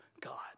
God